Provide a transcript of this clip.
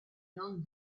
non